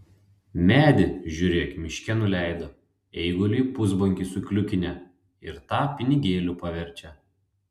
medį žiūrėk miške nuleido eiguliui pusbonkį sukliukinę ir tą pinigėliu paverčia